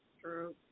True